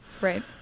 Right